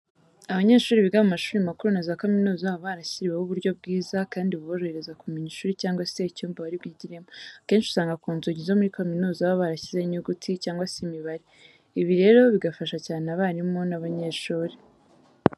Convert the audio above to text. Abanyeshuri biga mu mashuri makuru na za kaminuza baba barashyiriweho uburyo bwiza kandi buborohereza kumenya ishuri cyangwa se icyumba bari bwigiremo. Akenshi usanga ku nzugi zo muri kaminuza baba barashyizeho inyuguti cyangwa se imibare, ibi rero bigafasha cyane abarimu n'abanyeshuri.